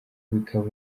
bikaba